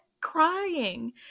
crying